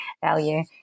value